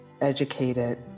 educated